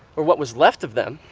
or what was left of them.